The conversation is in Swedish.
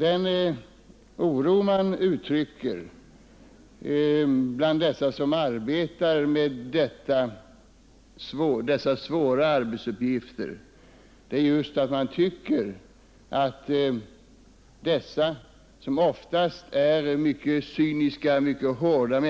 Den oro som de som har dessa svåra arbetsuppgifter uttrycker bottnar just i att man tycker att dessa människor, som oftast är mycket cyniska och mycket hårda,